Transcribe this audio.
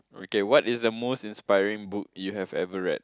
okay what is the most inspiring book you have ever read